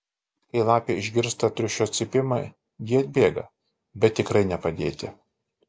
kai lapė išgirsta triušio cypimą ji atbėga bet tikrai ne padėti